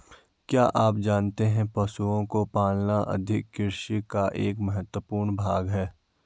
क्या आप जानते है पशुओं को पालना आधुनिक कृषि का एक महत्वपूर्ण भाग है?